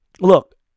look